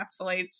encapsulates